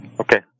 okay